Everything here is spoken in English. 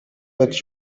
that